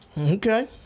Okay